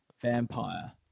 vampire